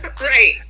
Right